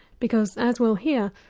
because as we'll hear,